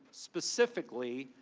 specifically,